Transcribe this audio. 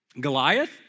Goliath